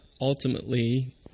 ultimately